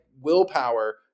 willpower